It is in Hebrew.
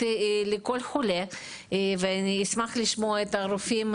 לכל חולה ואני אשמח לשמוע את הרופאים,